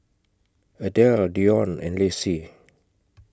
Adell Dionne and Lacy